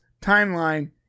timeline